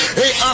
hey